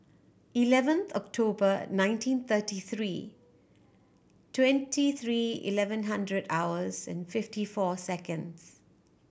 eleven October nineteen thirty three twenty three eleven hundred hours and fifty four seconds